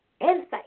insight